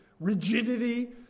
rigidity